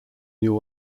new